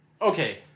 Okay